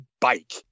bike